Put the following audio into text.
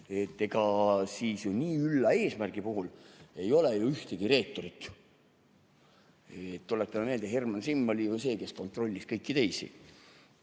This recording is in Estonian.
ega siis nii ülla eesmärgi puhul ei ole ju ühtegi reeturit. Tuletame meelde, et Herman Simm oli ju see, kes kontrollis kõiki teisi.